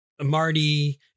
Marty